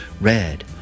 red